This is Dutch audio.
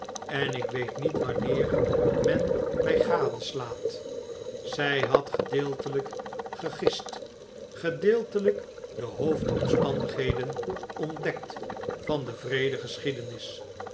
en ik weet niet wanneer men mjj gadeslaat zjj had gedeeltelgk gegist gedeeltelp de hoofdomstandigheden ontdekt van de